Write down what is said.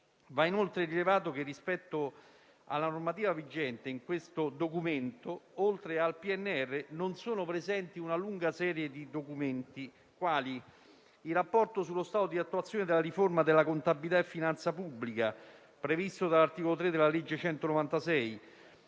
Va inoltre rilevato che, rispetto alla normativa vigente, in questo documento, oltre al PNR, non è presente una lunga serie di documenti, quali il rapporto sullo stato di attuazione della riforma della contabilità e finanza pubblica, previsto dall'articolo 3 della legge n 196